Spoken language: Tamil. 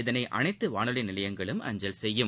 இதனைஅனைத்துவானொலிநிலையங்களும் அஞ்சல் செய்யும்